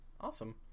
Awesome